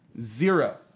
zero